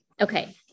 Okay